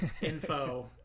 Info